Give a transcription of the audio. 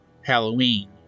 Halloween